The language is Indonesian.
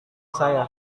saya